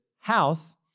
house